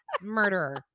Murderer